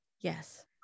Yes